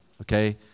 okay